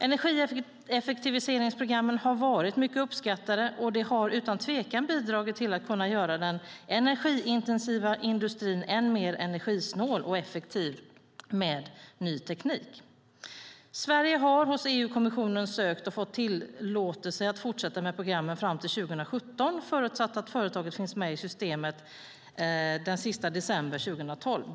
Energieffektiviseringsprogrammen har varit mycket uppskattade, och de har utan tvekan bidragit till att man har kunnat göra den energiintensiva industrin än mer energisnål och effektiv med ny teknik. Sverige har hos EU-kommissionen sökt och fått tillåtelse att fortsätta med programmen fram till 2017 förutsatt att företaget finns med i systemet den sista december 2012.